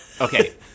Okay